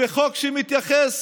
וחוק שמתייחס